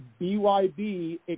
BYB